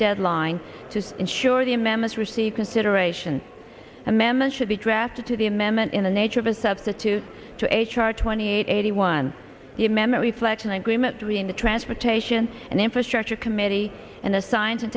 deadline to ensure the amendments receive consideration amendment should be drafted to the amendment in the nature of a substitute to h r twenty eight eighty one the amendment reflexion agreement between the transportation and infrastructure committee and the science and